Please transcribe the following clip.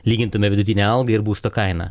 lygintumėme vidutinę algą ir būsto kainą